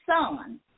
son